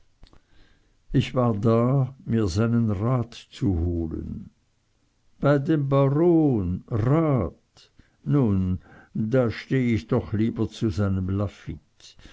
ich war da mir seinen rat zu holen bei dem baron rat nun da steh ich doch noch lieber zu seinem